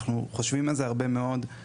אנחנו חושבים על זה הרבה מאוד,